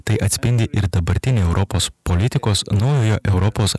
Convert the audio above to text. tai atspindi ir dabartinį europos politikos naujojo europos